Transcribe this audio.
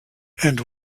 and